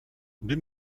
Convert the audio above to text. deux